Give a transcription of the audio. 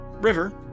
River